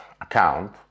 account